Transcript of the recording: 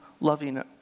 loving